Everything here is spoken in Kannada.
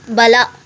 ಬಲ